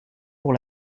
pour